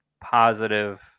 positive